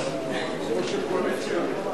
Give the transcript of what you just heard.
הנושא לוועדת הכלכלה נתקבלה.